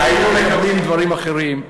היינו מקבלים דברים אחרים,